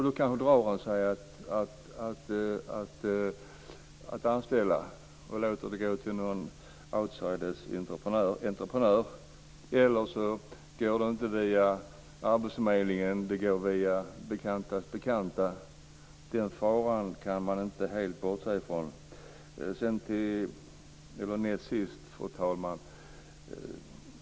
Då kanske han drar sig för att anställa och låter det gå till någon utanförstående entreprenör. Eller så går det inte via arbetsförmedlingen utan via bekantas bekanta. Den faran kan man inte helt bortse från. Fru talman!